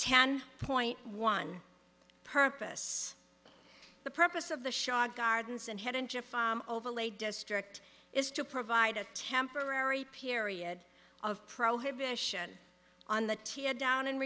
ten point one purpose the purpose of the shah gardens and had an overlay district is to provide a temporary period of prohibit on the t a down and